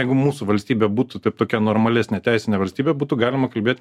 jeigu mūsų valstybė būtų taip tokia normalesnė teisinė valstybė būtų galima kalbėt